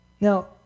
Now